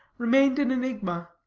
remained an enigma.